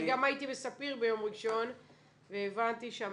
גם הייתי בספיר ביום ראשון והבנתי שם